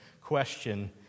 question